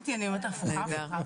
הפוכה.